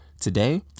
Today